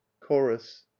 chorus